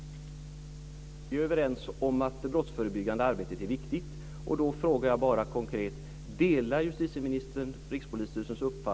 Tack!